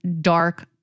dark